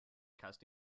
cast